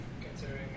considering